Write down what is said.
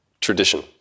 tradition